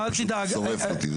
אתה פשוט שורף אותי,